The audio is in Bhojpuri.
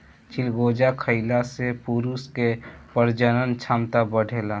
चिलगोजा खइला से पुरुष के प्रजनन क्षमता बढ़ेला